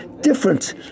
different